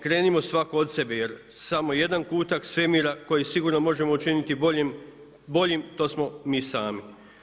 Krenimo svako od sebe jer samo jedan kutak svemira koji sigurno možemo učiniti boljim to smo mi sami.